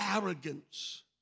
arrogance